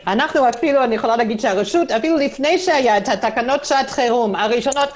אפילו לפני שהיו תקנות שעת החירום הראשונות,